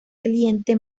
cliente